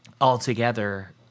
altogether